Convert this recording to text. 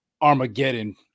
armageddon